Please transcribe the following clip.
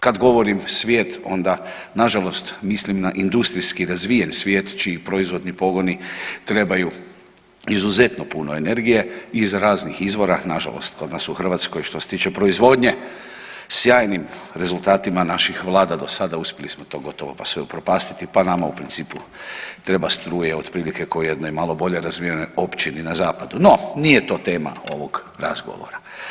Kad govorim svijet onda nažalost mislim na industrijski razvijen svijet čiji proizvodni pogoni trebaju izuzetno puno energije iz raznih izvora, nažalost kod nas u Hrvatskoj što se tiče proizvodnje sjajnim rezultatima naših vlada do sada uspjeli smo to gotovo pa sve upropastiti, pa nama u principu treba struje otprilike ko jednoj malo bolje razvijenoj općini na zapadum no nije to tema ovog razgovora.